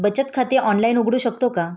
बचत खाते ऑनलाइन उघडू शकतो का?